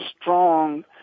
strong